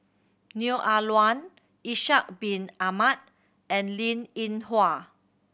Neo Ah Luan Ishak Bin Ahmad and Linn In Hua